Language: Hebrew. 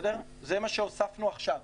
זה מה שהוספנו עכשיו,